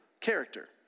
character